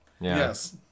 Yes